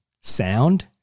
sound